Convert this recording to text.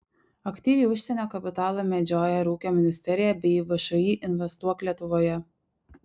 aktyviai užsienio kapitalą medžioja ir ūkio ministerija bei všį investuok lietuvoje